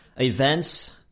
events